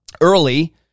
early